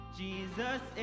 jesus